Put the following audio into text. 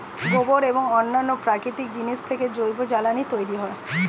গোবর এবং অন্যান্য প্রাকৃতিক জিনিস থেকে জৈব জ্বালানি তৈরি হয়